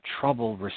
trouble